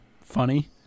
funny